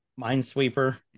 Minesweeper